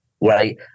right